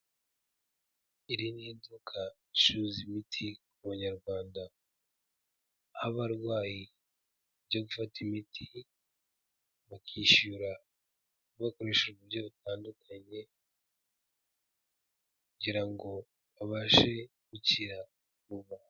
Iri n'iduka ricuruza imiti ku banyarwanda, aho abarwayi bajya gufata imiti bakishyura bakoresheje uburyo butandukanye, kugira ngo babashe gukira mu bantu.